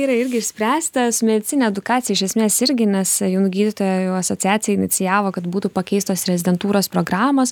yra irgi išspręstas medicinė edukacija iš esmės irgi nes jaunų gydytojų asociacija inicijavo kad būtų pakeistos rezidentūros programos